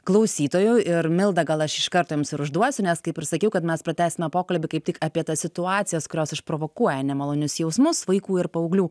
klausytojo ir mildą gal aš iš karto ims ir užduosiu nes kaip ir sakiau kad mes pratęsime pokalbį kaip tik apie tas situacijas kurios išprovokuoja nemalonius jausmus vaikų ir paauglių